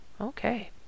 Okay